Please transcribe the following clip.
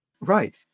right